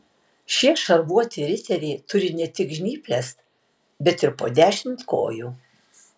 šie šarvuoti riteriai turi ne tik žnyples bet ir po dešimt kojų